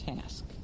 task